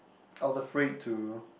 I was afraid to